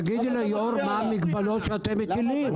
תגידי ליושב-ראש מה המגבלות שאתם מטילים.